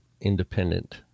independent